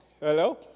Hello